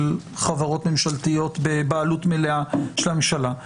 חברות ממשלתיות בבעלות מלאה של הממשלה.